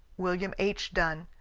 william h. dunn,